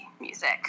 music